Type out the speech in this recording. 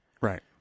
Right